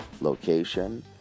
location